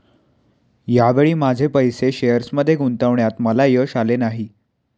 या वेळी माझे पैसे शेअर्समध्ये गुंतवण्यात मला यश आले नाही